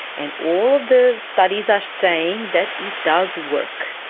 and all of the studies are saying that it does work.